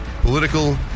Political